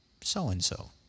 so-and-so